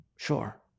Sure